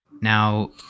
Now